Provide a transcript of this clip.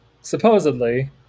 supposedly